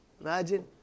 Imagine